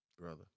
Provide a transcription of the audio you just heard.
Brother